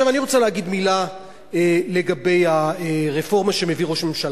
אני רוצה לומר מלה לגבי הרפורמה שמביא ראש הממשלה.